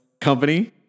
company